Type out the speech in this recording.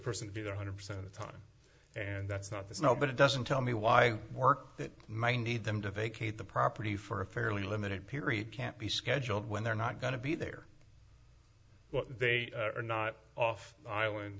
person to be one hundred percent of the time and that's not the snow but it doesn't tell me why work that might need them to vacate the property for a fairly limited period can't be scheduled when they're not going to be there well they are not off island